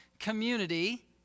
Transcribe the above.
community